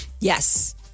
Yes